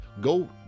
go